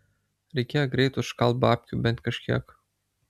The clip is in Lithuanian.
reikėjo greit užkalt babkių bent kažkiek